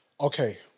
Okay